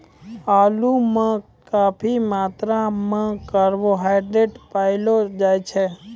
आलू म काफी मात्रा म कार्बोहाइड्रेट पयलो जाय छै